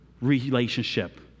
relationship